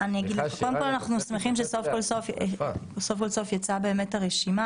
אנחנו שמחים שסוף כל סוף יצאה הרשימה,